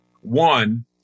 one